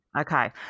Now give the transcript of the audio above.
Okay